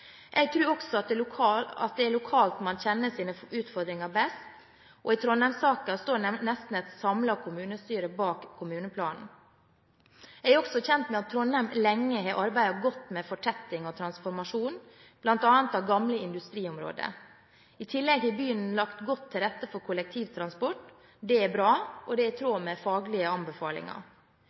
Jeg tror også at det er lokalt man kjenner sine utfordringer best. I trondheimssaken står nesten et samlet kommunestyre bak kommuneplanen. Jeg er også kjent med at Trondheim lenge har arbeidet godt med fortetting og transformasjon, bl.a. av gamle industriområder. I tillegg har byen lagt godt til rette for kollektivtransport. Dette er bra, og det er i tråd med faglige anbefalinger.